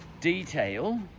detail